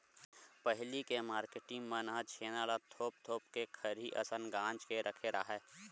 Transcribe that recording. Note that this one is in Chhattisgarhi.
पहिली के मारकेटिंग मन ह छेना ल थोप थोप के खरही असन गांज के रखे राहय